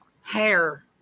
hair